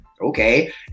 okay